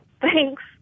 Thanks